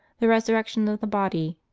the resurrection of the body,